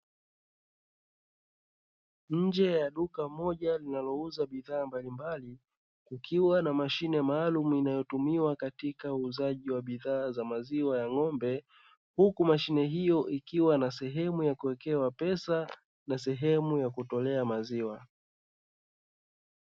Nje ya duka moja linalouza bidhaa mbalimbali kukiwa na Mashine maalumu, inayotumiwa kwa uuzaji wa bidhaa za maziwa ya ng"ombe, huku mashine hiyo ikiwa na sehemu ya kuwekea pesa na sehemu ya kutolea maziwa.